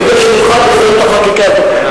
כדי שנוכל לסיים את החקיקה הזאת,